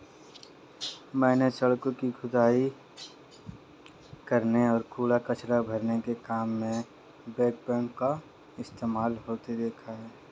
मैंने सड़कों की खुदाई करने और कूड़ा कचरा भरने के काम में बैकबोन का इस्तेमाल होते देखा है